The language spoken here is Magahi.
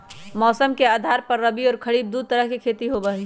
मौसम के आधार पर रबी और खरीफ दु तरह के खेती होबा हई